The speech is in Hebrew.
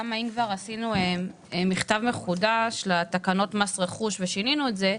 למה אם כבר עשינו מכתב מחודש לתקנות מס רכוש ושינינו את זה,